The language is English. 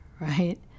right